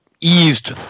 eased